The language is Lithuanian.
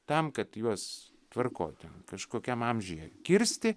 tam kad juos tvarkoj ten kažkokiam amžiuje kirsti